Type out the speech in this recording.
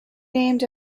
named